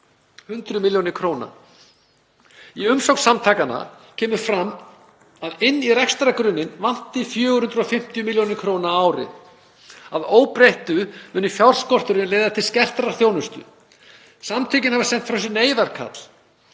milljóna króna. Í umsögn samtakanna kemur fram að inn í rekstrargrunninn vanti 450 millj. kr. á ári. Að óbreyttu muni fjárskorturinn leiða til skertrar þjónustu. Samtökin hafa sent frá sér neyðarkall.